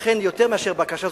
לכן זה יותר מאשר בקשה,